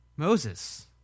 Moses